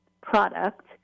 product